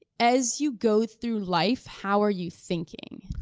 as you go through life, how are you thinking?